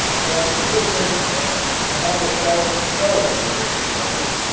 but it is an advantage to have a shell show where it strikes,